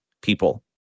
people